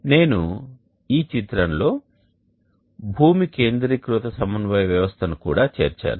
నేను ఈ చిత్రంలో భూమి కేంద్రీకృత సమన్వయ వ్యవస్థను కూడా చేర్చాను